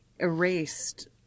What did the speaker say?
erased